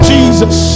Jesus